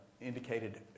indicated